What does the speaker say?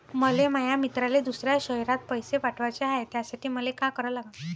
मले माया मित्राले दुसऱ्या शयरात पैसे पाठवाचे हाय, त्यासाठी मले का करा लागन?